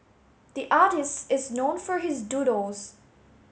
the artist is known for his doodles